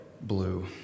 Blue